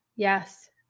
Yes